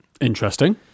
Interesting